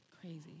Crazy